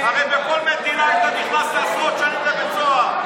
הרי בכל מדינה היית נכנס לעשרות שנים לבית הסוהר.